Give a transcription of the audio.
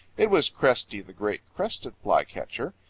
it was cresty the great crested flycatcher.